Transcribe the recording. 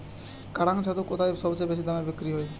কাড়াং ছাতু কোথায় সবথেকে বেশি দামে বিক্রি হয়?